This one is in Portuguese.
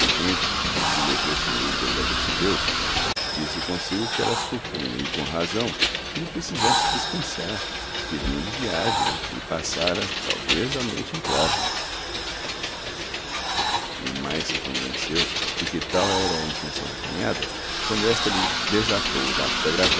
o que o leitor sem dúvida já percebeu disse consigo que ela supunha e com razão que ele precisasse descansar porque vinha de viagem e passara talvez a noite em claro e mais se convenceu de que tal era a intenção da cunhada quando esta lhe desatou o laço da